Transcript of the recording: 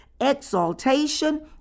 exaltation